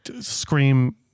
scream